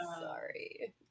Sorry